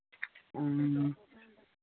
ह्म्म